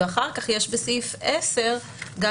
ואחר כך יש בסעיף 10 גם